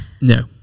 No